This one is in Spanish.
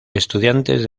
estudiantes